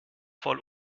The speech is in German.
voll